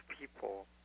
people